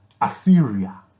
Assyria